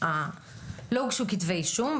לא הוגשו כתבי אישום,